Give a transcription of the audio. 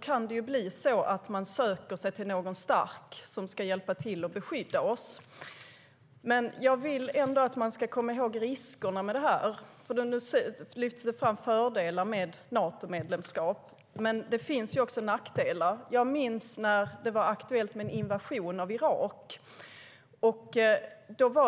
kan det bli så att man söker sig till någon stark som ska hjälpa till att beskydda oss. Men jag vill ändå att man ska komma ihåg riskerna. Nu lyfts fördelar med Natomedlemskap fram, men det finns också nackdelar. Jag minns när det var aktuellt med en invasion av Irak.